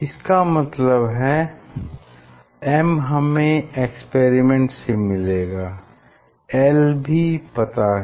इसका मतलब है m हमें एक्सपेरिमेंट से मिलेगा l भी हमें पता है